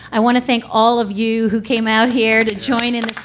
i want to thank all of you who came out here to join in